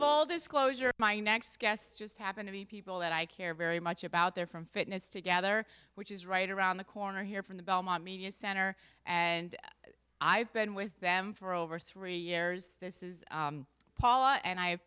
full disclosure my next guests just happen to be people that i care very much about they're from fitness together which is right around the corner here from the belmont media center and i've been with them for over three years this is paul and i have